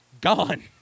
gone